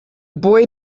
boy